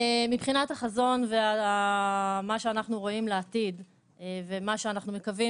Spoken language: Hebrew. מבחינת החזון ומה שאנחנו רואים לעתיד ומה שאנחנו מקווים